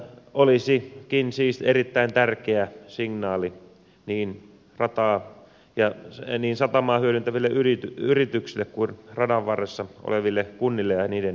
perusparantaminen olisikin siis erittäin tärkeä signaali niin satamaa hyödyntäville yrityksille kuin myös radanvarressa oleville kunnille ja niiden elinkeinotoiminnalle